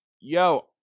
yo